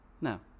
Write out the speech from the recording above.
No